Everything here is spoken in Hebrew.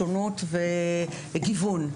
שונות וגיוון.